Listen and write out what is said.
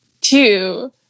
Two